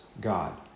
God